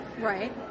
Right